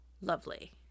lovely